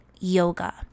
yoga